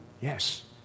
Yes